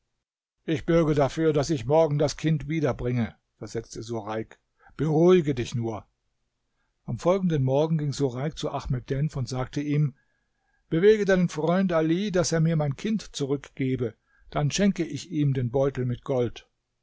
ich bürge dafür daß ich morgen das kind wiederbringe versetzte sureik beruhige dich nur am folgenden morgen ging sureik zu ahmed denf und sagte ihm bewege deinen freund ali daß er mir mein kind zurückgebe dann schenke ich ihm den beutel mit gold